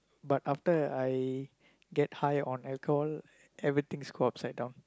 but after I get high on alcohol everythings go upside down